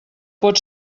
pot